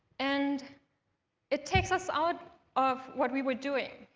and it takes us out of what we were doing.